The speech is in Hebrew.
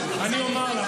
מה זה, שיעור של